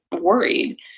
worried